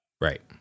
Right